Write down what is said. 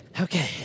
Okay